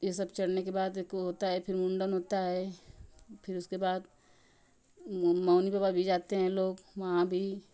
ये सब चढ़ने के बाद एक वो होता है फिर मुंडन होता है फिर उसके बाद मौनी बाबा भी जाते हैं लोग वहां भी